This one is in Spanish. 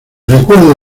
recuerdo